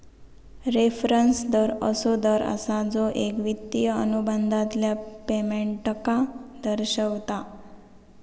reference दर असो दर असा जो एक वित्तिय अनुबंधातल्या पेमेंटका दर्शवता